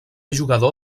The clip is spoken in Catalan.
jugador